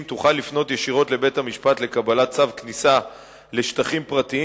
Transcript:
תוכל לפנות ישירות לבית-המשפט לקבלת צו כניסה לשטחים פרטיים